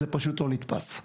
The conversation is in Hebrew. זה פשוט לא נתפס.